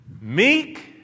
meek